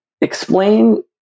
Explain